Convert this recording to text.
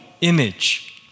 image